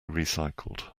recycled